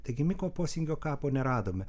taigi miko posingio kapo neradome